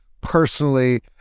personally